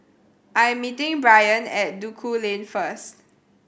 I am meeting Bryant at Duku Lane first